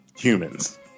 humans